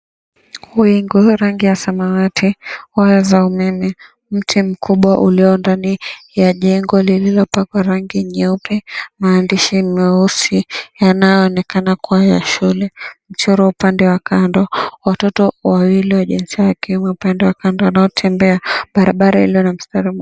Mawingu rangi ya samawati, waya za umeme mti mkubwa ulio ndani ya jengo uliopakwa rangi nyeupe mahandishi meusi yanayooneka kuwa ya shule mchoro upande wa kando. Watoto wawili wa jinsia ya kiume upande wa kando wanaotembea barabara ulio na mistari mweupe.